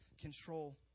control